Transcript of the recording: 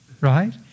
right